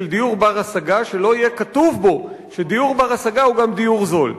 דיור בר-השגה שלא יהיה כתוב בו שדיור בר-השגה הוא גם דיור זול.